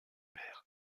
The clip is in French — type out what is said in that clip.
père